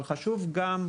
אבל חשוב גם,